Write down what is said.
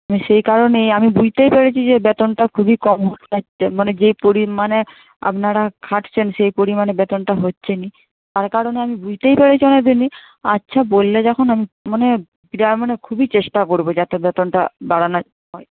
সেই কারণেই আমি বুঝতেই পেরেছি যে বেতনটা খুবই কম হয়ে যাচ্ছে মানে যে পরিমাণে আপনারা খাটছেন সেই পরিমাণে বেতনটা হচ্ছে নি তার কারণে আমি বুঝতেই পেরেছি অনেক দিনই আচ্ছা বললে যখন আমি মানে সেটা মানে আমি খুবই চেষ্টা করব যাতে বেতনটা বাড়ানো হয়